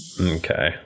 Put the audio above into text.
okay